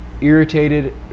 irritated